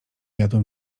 jadłem